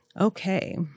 Okay